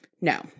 No